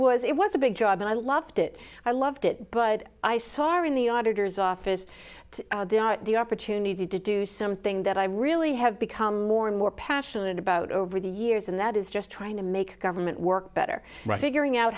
was it was a big job and i loved it i loved it but i saw our in the auditor's office the opportunity to do something that i really have become more and more passionate about over the years and that is just trying to make government work better beginning out